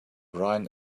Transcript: brian